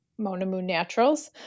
monamoonnaturals